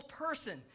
person